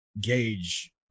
gauge